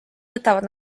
võtavad